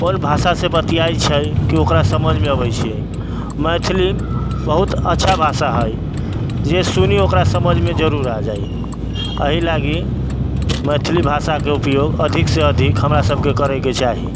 कोन भाषासँ बतिआइ छै की ओकरा समझमे अबै छिऐ मैथिली बहुत अच्छा भाषा हइ जे सुनी ओकरा समझमे जरूर आ जाइ अहि लागि मैथिली भाषाके उपयोग अधिक से अधिक हमरा सबकेँ करैके चाही